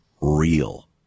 real